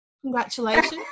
Congratulations